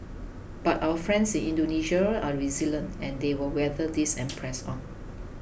but our friends in Indonesia are resilient and they will weather this and press on